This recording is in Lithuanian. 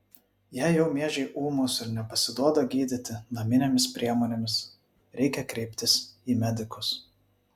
jei jau miežiai ūmūs ir nepasiduoda gydyti naminėmis priemonėmis reikia kreiptis į medikus